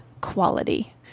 quality